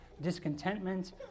discontentment